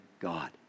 God